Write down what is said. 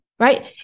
Right